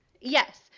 Yes